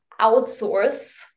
outsource